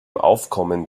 aufkommen